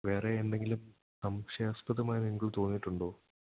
വേറെ എന്തെങ്കിലും സംശയാസ്പദമായി നിങ്ങൾക്ക് തോന്നിയിട്ടുണ്ടോ